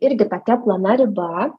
irgi tokia plona riba